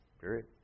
Period